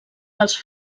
pels